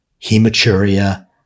hematuria